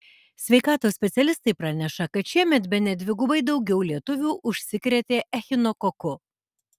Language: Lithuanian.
sveikatos specialistai praneša kad šiemet bene dvigubai daugiau lietuvių užsikrėtė echinokoku